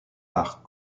par